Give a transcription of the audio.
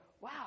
wow